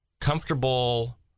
comfortable